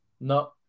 No